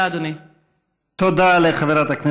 תודה, אדוני.